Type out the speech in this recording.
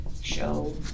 show